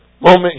moment